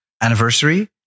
anniversary